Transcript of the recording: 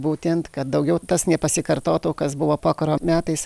būtent kad daugiau tas nepasikartotų kas buvo pokario metais